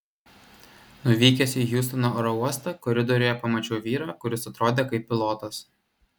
nuvykęs į hjustono oro uostą koridoriuje pamačiau vyrą kuris atrodė kaip pilotas